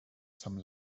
some